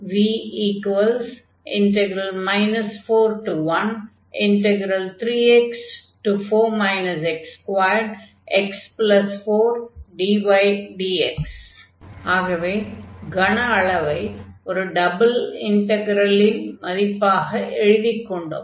V 413x4 x2x4dydx ஆகவே கன அளவை ஒரு டபுள் இன்டக்ரலின் மதிப்பாக எழுதிக்கொண்டோம்